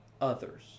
others